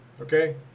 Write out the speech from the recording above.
okay